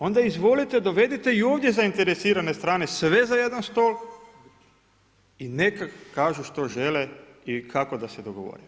Onda izvolite, dovedite i ovdje zainteresirane strane sve za jedan stol i neka kažu što žele i kako da se dogovore.